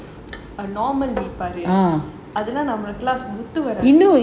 அதெல்லாம் நமக்கு ஒத்து வராது:athellaam namakku othu varaathu